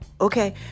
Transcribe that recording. okay